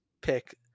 pick